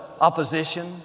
opposition